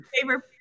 favorite